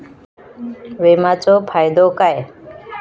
विमाचो फायदो काय?